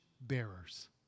bearers